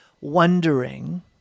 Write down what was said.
wondering